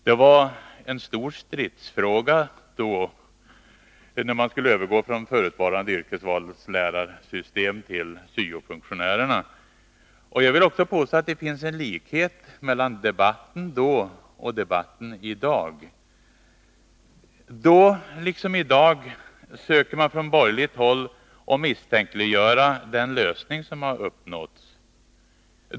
Det var en stor stridsfråga när man skulle övergå från förutvarande yrkesvalslärarsystem till syo-funktionärerna. Jag vill också påstå att det finns en likhet mellan debatten då och debatten i dag. Då liksom i dag söker man från borgerligt håll att misstänkliggöra den lösning som har uppnåtts.